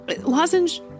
Lozenge